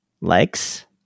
Likes